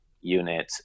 unit